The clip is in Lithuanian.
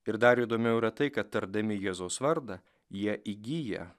ir dar įdomiau yra tai kad tardami jėzaus vardą jie įgyja